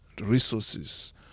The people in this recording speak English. resources